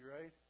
right